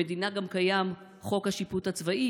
במדינה גם קיים חוק השיפוט הצבאי,